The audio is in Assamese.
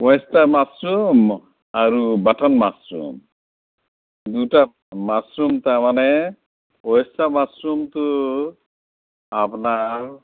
ওৱেষ্ট হক মাছৰুম আৰু বাটান মাছৰুম দুটা মাছৰুম তাৰমানে ওৱেষ্ট হক মাছৰুমটো আপোনাৰ